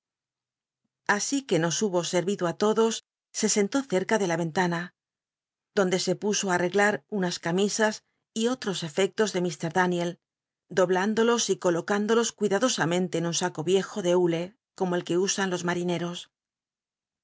así qu e nos hubo serl'ido i todos se sentó cerca de la vcnl ma donde se puso ü atteglar unas camisas y otros efectos de mr daniel dobl indolos y coloc indolos cuidadosamente en un saco icjo de hule como el que usan los